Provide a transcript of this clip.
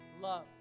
love